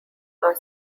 are